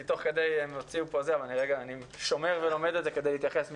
כי תוך כדי הם הוציאו פה אבל אני שומר ולומד את זה כדי להתייחס מיד.